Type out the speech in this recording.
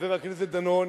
חבר הכנסת דנון,